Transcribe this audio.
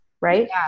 right